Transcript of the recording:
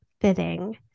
fitting